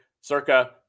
Circa